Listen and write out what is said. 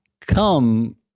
come